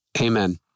Amen